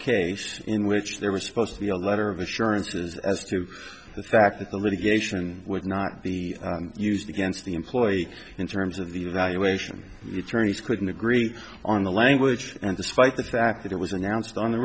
case in which there was supposedly a letter of assurances as to the fact that the litigation would not be used against the employee in terms of the evaluation the attorneys couldn't agree on the language and despite the fact that it was announced on the